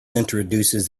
introduces